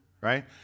Right